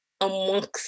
amongst